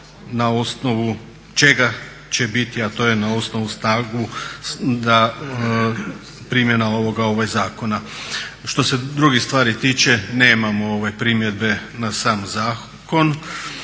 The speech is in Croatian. na osnovu čega će biti, a to je na osnovu … primjena ovoga zakona. Što se drugih stvari tiče nemamo primjedbe na sam zakon,